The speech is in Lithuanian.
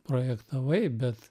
projektavai bet